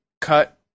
cut